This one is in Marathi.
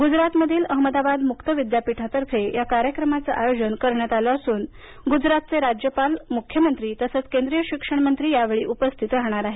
गुजरातमधील अहमदाबाद मुक्त विद्यापीठातर्फे या कार्यक्रमाचे आयोजन करण्यात आलं असून गुजरातचे राज्यपाल आणि मुख्यमंत्री तसेच केंद्रीय शिक्षणमंत्री यावेळी उपस्थित राहणार आहेत